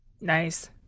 nice